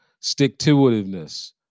stick-to-itiveness